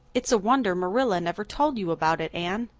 it's a wonder marilla never told you about it, anne.